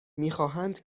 میخواهند